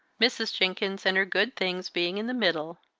mrs. jenkins and her good things being in the middle,